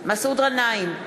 מסעוד גנאים,